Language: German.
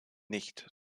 nicht